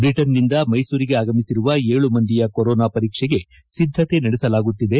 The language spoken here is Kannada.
ಬ್ರಿಟನ್ ನಿಂದ ಮೈಸೂರಿಗೆ ಆಗಮಿಸಿರುವ ಏಳು ಮಂದಿಯ ಕೊರೋನಾ ಪರೀಕ್ಷೆಗೆ ಸಿದ್ಧತೆ ನಡೆಸಲಾಗುತ್ತಿದೆ